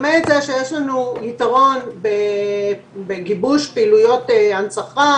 למעט זה שיש לנו יתרון בגיבוש פעילויות הנצחה